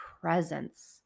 presence